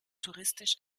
touristisch